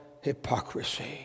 hypocrisy